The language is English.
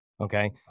Okay